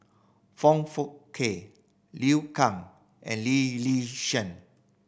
Foong Fook Kay Liu Kang and Lee Yi Shyan